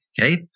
Okay